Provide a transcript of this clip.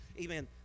Amen